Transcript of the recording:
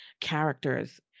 characters